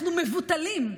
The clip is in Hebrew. אנחנו מבוטלים.